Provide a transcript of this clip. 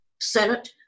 Senate